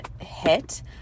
hit